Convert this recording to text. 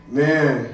man